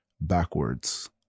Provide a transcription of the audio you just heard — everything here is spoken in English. backwards